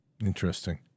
Interesting